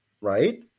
Right